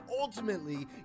ultimately